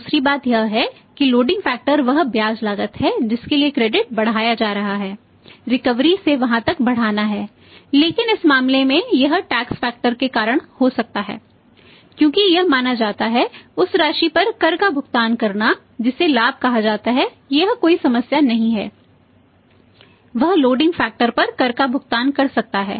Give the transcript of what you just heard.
दूसरी बात यह है कि लोडिंग फैक्टर का भुगतान करना है